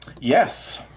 Yes